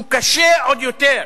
הוא קשה עוד יותר.